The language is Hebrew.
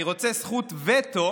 אני רוצה זכות וטו